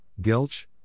Gilch